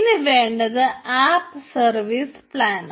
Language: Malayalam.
ഇനി വേണ്ടത് ആപ്പ് സർവീസ് പ്ലാൻ